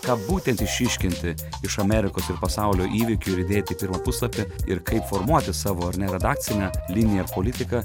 ką būtent išryškinti iš amerikos ir pasaulio įvykių ir įdėti į pirmą puslapį ir kaip formuoti savo ar ne redakcinę liniją politiką